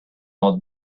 not